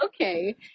okay